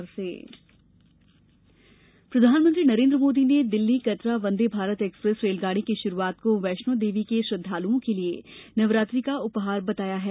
वंदे Bharat express प्रधानमंत्री नरेन्द्र मोदी ने Delhi Katra Vande Bharat express रेलगाड़ी की शुरूआत को वैष्णोदेवी के श्रद्वालुओं के लिये नवरात्रि का उपहार बताया है